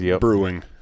Brewing